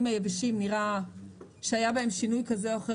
היבשים נראה שהיה בהם שינוי כזה או אחר,